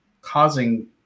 causing